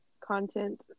content